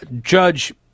Judge